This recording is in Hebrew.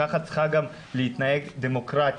כך צריכה גם להתנהג דמוקרטיה,